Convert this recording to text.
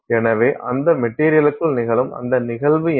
எனவே அந்த மெட்டீரியல்க்குள் நிகழும் அந்த நிகழ்வு என்ன